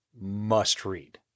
must-read